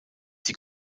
die